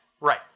Right